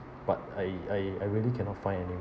but I I I really cannot find any